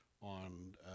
on